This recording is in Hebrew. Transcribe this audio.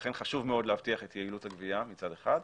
לכן חשוב מאוד להבטיח את יעילות הגבייה מצד אחד.